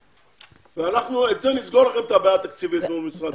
אנחנו נסגור לכם את הבעיה התקציבית מול משרד האוצר.